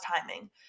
timing